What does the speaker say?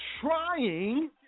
trying